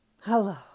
Hello